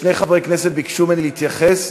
שני חברי כנסת ביקשו ממני להתייחס.